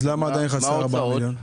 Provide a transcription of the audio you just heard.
אז למה עדיין חסרים ארבעה מיליון?